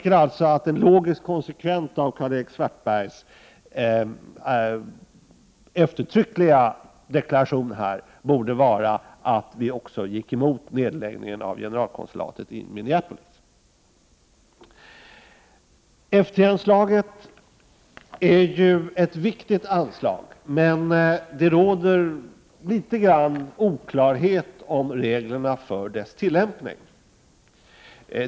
En logisk konsekvens av Karl-Erik Svartbergs eftertryckliga deklaration här borde alltså vara att man gick emot nedläggningen av generalkonsulatet i Minneapolis. F 3-anslaget är ett viktigt anslag, men det råder vissa oklarheter om reglerna för dess tillämpning.